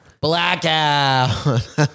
Blackout